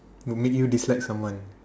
would make you dislike someone